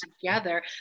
together